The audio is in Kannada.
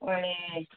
ಹುಳೀ